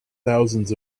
thousands